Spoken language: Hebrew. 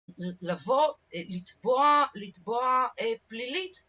לבוא, לתבוע, לתבוע פלילית